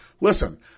Listen